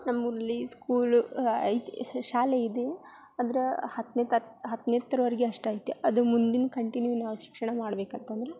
ನಮ್ಮ ಊರಲ್ಲಿ ಸ್ಕೂಲ್ ಐತಿ ಶಾಲೆ ಇದೆ ಅದರ ಹತ್ತನೇ ತ ಹತ್ತನೇ ತರವರೆಗೆ ಅಷ್ಟೈತಿ ಅದು ಮುಂದಿನ ಕಂಟಿನ್ಯೂ ನಾವು ಶಿಕ್ಷಣ ಮಾಡ್ಬೇಕಂತಂದ್ರೆ